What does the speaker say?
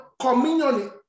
communion